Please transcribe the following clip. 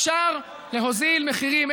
אפשר להוריד מחירים.